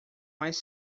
mais